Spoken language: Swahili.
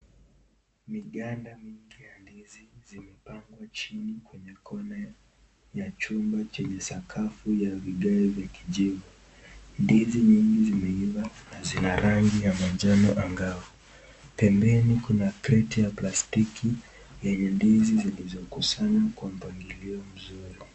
Miganda mingi ya ndizi zimepangwa chini kwenye kona cha chumba yenye sakafu ya vigao vya kijivu ndizi mingi zimeiva na zina rangi ya manjano angao pembeni kuna kreti ya plastiki yenye ndizi zilizokusanywa kwa mpangilio mzuri.